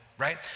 right